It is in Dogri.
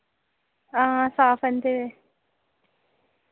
हां साफ न ते